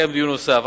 ויתקיים דיון נוסף.